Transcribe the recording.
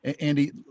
Andy